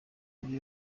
muri